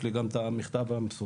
יש לי גם את המכתב המסודר,